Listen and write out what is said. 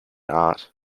art